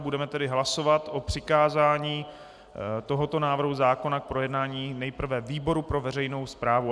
Budeme tedy hlasovat o přikázání tohoto návrhu zákona k projednání nejprve výboru pro veřejnou správu.